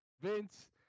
Vince